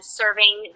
serving